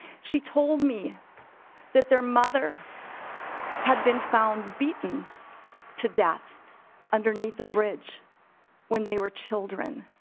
she told me that their mother had been found beaten to death underneath the bridge when they were children.